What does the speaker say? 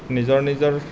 নিজৰ নিজৰ